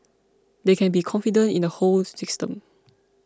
they can be confident in the whole system